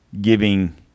giving